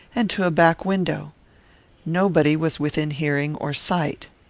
and to a back-window nobody was within hearing or sight.